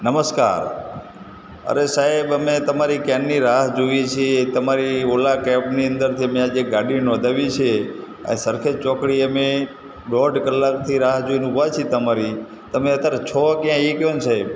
નમસ્કાર અરે સાહેબ અમે તમારી ક્યારની રાહ જોઈએ છીએ તમારી ઓલા કેબની અંદરથી મેં જે આ ગાડી નોંધાવી છે આ સરખેજ ચોકડીએ અમે દોઢ કલાકથી રાહ જોઈને ઊભા છીએ તમારી તમે અત્યારે છો ક્યાં એ કહો ને સાહેબ